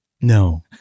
No